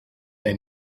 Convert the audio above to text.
they